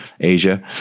asia